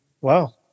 Wow